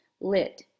Lit